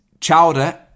Chowder